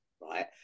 right